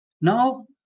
Now